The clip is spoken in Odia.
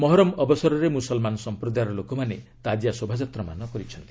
ମହରମ ଅବସରରେ ମୁସଲମାନ ସମ୍ପ୍ରଦାୟର ଲୋକମାନେ ତାଜିଆ ଶୋଭାଯାତ୍ରାମାନ କରିଛନ୍ତି